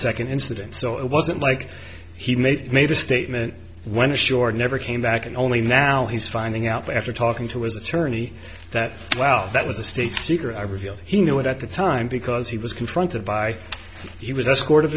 second incident so it wasn't like he made made a statement went ashore and never came back and only now he's finding out after talking to his attorney that well that was a state secret i revealed he knew it at the time because he was confronted by he was escorted